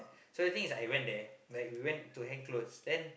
so the thing is I went there like we went to hang clothes then